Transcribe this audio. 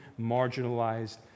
marginalized